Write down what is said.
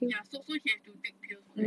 ya so so he has to take pill for that